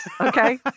Okay